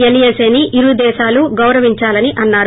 వల్ఏసీని ఇరు దేశాలు గౌరవించాలని అన్నారు